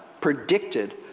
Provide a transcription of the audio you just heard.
predicted